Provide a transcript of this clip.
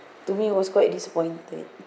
to me it was quite disappointed